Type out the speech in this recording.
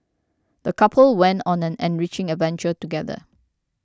the couple went on an enriching adventure together